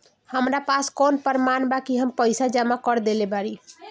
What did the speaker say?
हमरा पास कौन प्रमाण बा कि हम पईसा जमा कर देली बारी?